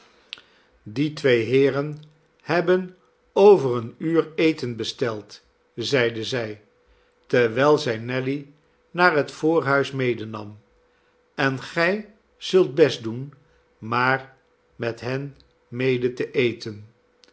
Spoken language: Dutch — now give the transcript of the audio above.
die twee heeren hebben over een uur eten besteld zeide zij terwijl zij nelly naar het voorhuis medenam en gij zult best doen maar met hen mede te eten